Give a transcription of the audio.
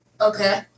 Okay